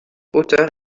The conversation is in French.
auteur